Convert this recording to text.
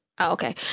okay